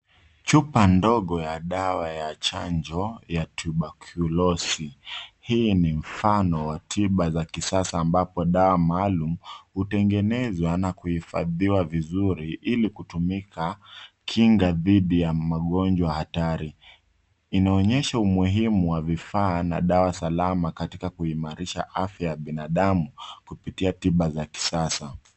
Chupa ndogo ya dawa ya chanjo ya tiubakiulosi. Hii ni mfano wa tiba za kisasa ambapo dawa maalum hutengenezwa na kuhifadhiwa vizuri ili kutumika kinga dhidi ya magonjwa hatari. Inaonyesha umuhimu wa vifaa na dawa salama katika kuimarisha afya ya binadamu kupitia tiba za kisasa.